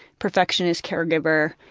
perfectionist, caregiver.